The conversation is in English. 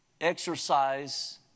exercise